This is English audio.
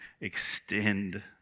extend